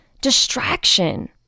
distraction